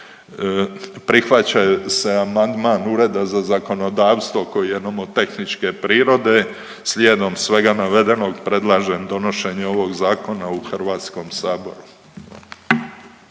Prihvaća se amandman Ureda za zakonodavstvo koji je nomotehničke prirode. Slijedom svega navedenog predlažem donošenje ovog zakona u Hrvatskom saboru.